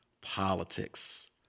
politics